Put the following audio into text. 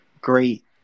great